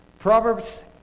Proverbs